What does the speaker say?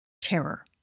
terror